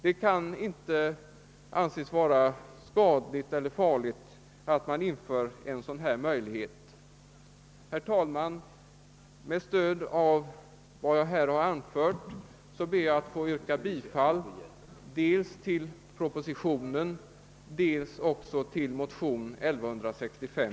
Det kan inte anses vara skadligt eller farligt att införa en sådan möjlighet. Herr talman! Med stöd av vad jag nu anfört ber jag att få yrka bifall till motionen II: 1165.